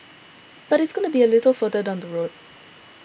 but it's going to be a little bit further down the road